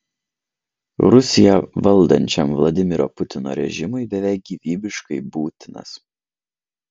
rusiją valdančiam vladimiro putino režimui beveik gyvybiškai būtinas